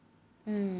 mm